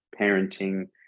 parenting